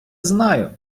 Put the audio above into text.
знаю